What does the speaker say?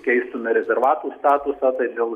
keistume rezervatų statusą tai del